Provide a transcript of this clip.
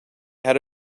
had